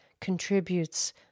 contributes